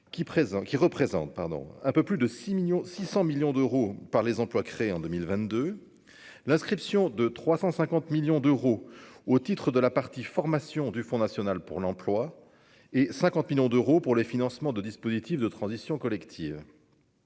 qui représente, pardon, un peu plus de 6 1000000 600 millions d'euros par les emplois créés en 2022 l'inscription de 350 millions d'euros au titre de la partie formation du Front national pour l'emploi et 50 millions d'euros pour les financements de dispositifs de transition collective.